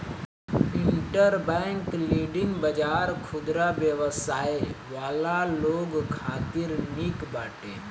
interbank lending बाजार खुदरा व्यवसाय वाला लोग खातिर निक बाटे